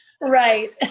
Right